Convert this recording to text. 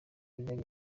yari